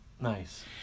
Nice